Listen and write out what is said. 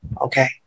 Okay